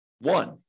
one